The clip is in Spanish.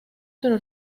pero